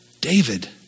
David